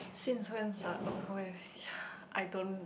since when sia oh ya I don't